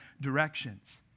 directions